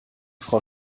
frau